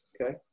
okay